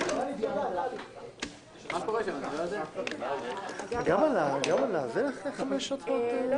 ננעלה בשעה 12:50.